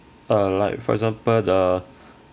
uh like for example the